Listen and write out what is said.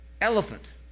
elephant